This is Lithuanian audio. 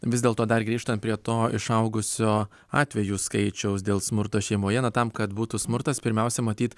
vis dėlto dar grįžtant prie to išaugusio atvejų skaičiaus dėl smurto šeimoje na tam kad būtų smurtas pirmiausia matyt